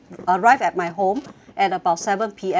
my home at about seven P_M tonight